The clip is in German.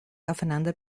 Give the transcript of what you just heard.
aufeinander